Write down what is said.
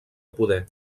poder